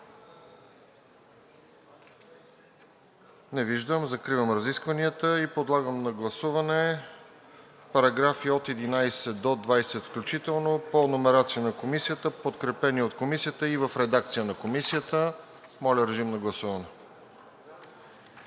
Не виждам. Закривам разискванията и подлагам на гласуване параграфи от 11 до 20 включително по номерация на Комисията, подкрепени от Комисията и в редакция на Комисията. Гласували